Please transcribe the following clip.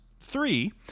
three